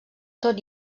tot